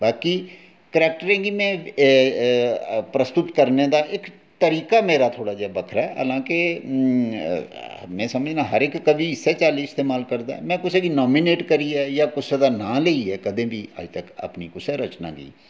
बाकी करैक्टरें गी ए अ अ प्रस्तुत करने दा इक तरीका मेरा थोह्ड़ा जनेहा बखरा ऐ केह् में समझना हर इक कवि इस्सै इस्तेमाल करदा ऐ में कुसै गी नामिनेट करियै जां कुसै दा नांऽ लेइयै कदें बी अपनी कुसै दी रचना गी